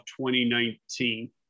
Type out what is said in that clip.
2019